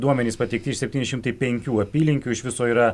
duomenys pateikti iš septyni šimtai penkių apylinkių iš viso yra